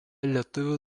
lietuvių